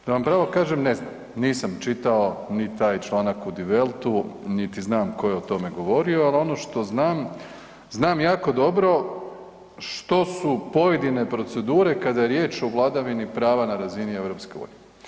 Da vam pravo kažem, ne znam, nisam čitao ni taj članak u Die Weltu niti znam tko je o tome govorio, ali ono što znam, znam jako dobro što su pojedine procedure kada je riječ o vladavini prava na razini EU.